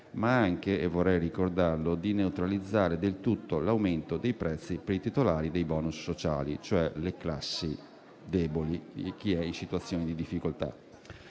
ma anche - e vorrei ricordarlo - di neutralizzare del tutto l'aumento dei prezzi per i titolari dei *bonus* sociali, cioè per le classi deboli, per chi è in situazione di difficoltà.